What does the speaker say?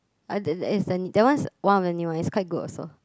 uh the the that one is one of the new ones it's quite good also